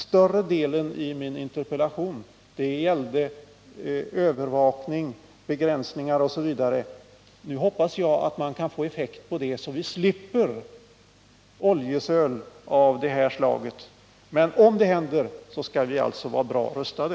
Större delen av min interpellation gällde övervakning, begränsningar av utsläppen osv. Nu hoppas jag att man kan få ökade effekter därav, så att vi slipper oljesöl av det här slaget. Men om det händer igen, skall vi alltså vara ordentligt rustade.